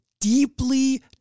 deeply